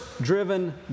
driven